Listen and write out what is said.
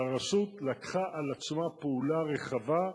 והרשות לקחה על עצמה פעולה רחבה,